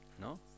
No